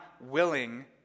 willing